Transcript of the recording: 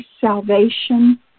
salvation